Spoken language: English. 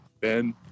Ben